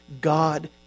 God